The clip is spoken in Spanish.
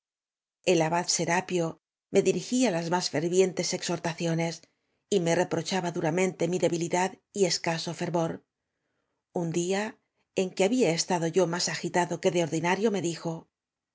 abad serapio me diri gía las más fervientes exhortaciones y me re prochaba duramente mi debilidad y escaso fer vor un día en que había estado yo más agitado que de ordinario me dijo